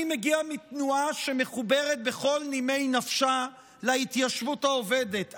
אני מגיע מתנועה שמחוברת בכל נימי נפשה להתיישבות העובדת.